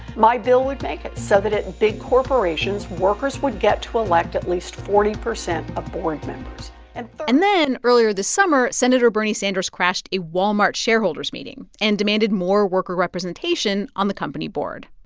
my bill would make it so that at big corporations, workers would get to elect at least forty percent of board members and and then earlier this summer, senator bernie sanders crashed a walmart shareholders meeting and demanded more worker representation on the company board.